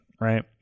right